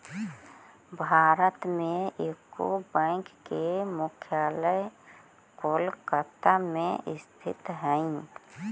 भारत में UCO bank के मुख्यालय कोलकाता में स्थित हइ